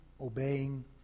obeying